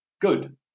Good